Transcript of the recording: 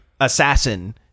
assassin